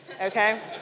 okay